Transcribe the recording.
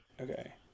Okay